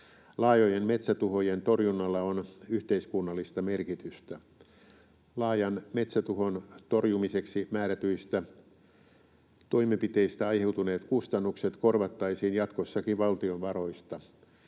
Laajojen metsätuhojen torjunnalla on yhteiskunnallista merkitystä. Laajan metsätuhon torjumiseksi määrätyistä toimenpiteistä aiheutuneet kustannukset korvattaisiin jatkossakin valtion varoista.